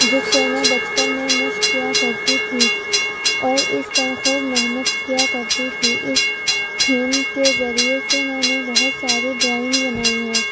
جس سے میں بچپن میں مشق کیا کرتی تھی اور اس پر خوب محنت کیا کرتی تھی اس تھیم کے ذریعے سے میں نے بہت سارے ڈرائنگ بنائی ہیں